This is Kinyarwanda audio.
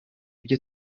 byo